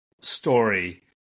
story